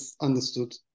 understood